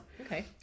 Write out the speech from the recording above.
okay